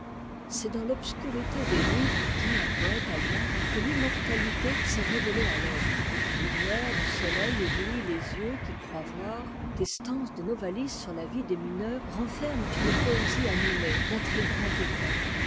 c'est dans l'obscurité des nuits dit un poëte allemand que l'immortalité s'est révélée à l'homme la lumière du soleil éblouit les yeux qui croient voir des stances de novalis sur la vie des mineurs renferment une poésie animée d'un très-grand effet